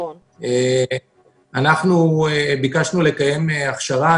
אנחנו ביקשנו לקיים הכשרה.